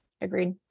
Agreed